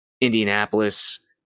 Indianapolis